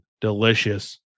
delicious